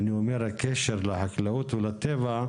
אני אומר הקשר לחקלאות ולטבע,